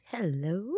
Hello